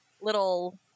little